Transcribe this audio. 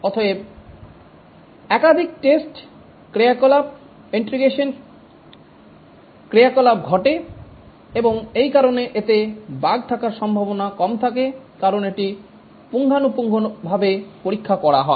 অতএব একাধিক টেস্ট ক্রিয়াকলাপ ইন্টিগ্রেশন ক্রিয়াকলাপ ঘটে এবং এই কারণে এতে বাগ থাকার সম্ভাবনা কম থাকে কারণ এটি পুঙ্খানুপুঙ্খভাবে পরীক্ষা করা হয়